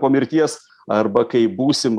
po mirties arba kai būsim